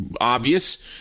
obvious